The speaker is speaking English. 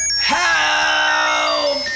Help